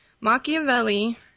Machiavelli